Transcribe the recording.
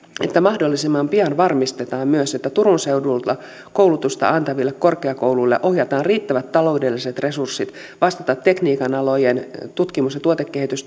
että mahdollisimman pian varmistetaan myös että turun seudulla koulutusta antaville korkeakouluille ohjataan riittävät taloudelliset resurssit vastata tekniikan alojen tutkimus ja tuotekehitystoimintaan ja